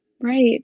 Right